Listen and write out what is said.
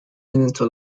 into